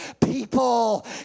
people